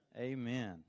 Amen